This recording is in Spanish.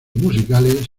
musicales